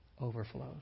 overflows